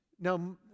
Now